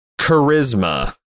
Charisma